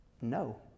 No